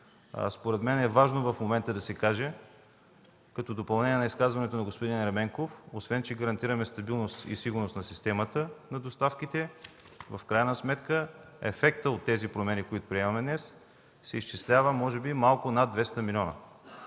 според мен в момента е важно да се каже, като допълнение на изказването на господин Ерменков, освен че гарантираме стабилност и сигурност на системата на доставките, в крайна сметка ефектът от тези промени, които приемаме днес, се изчислява може би малко над 200 милиона